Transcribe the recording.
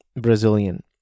Brazilian